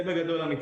בגדול זה המתווה.